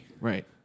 right